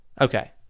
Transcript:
Okay